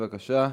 בבקשה.